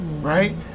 right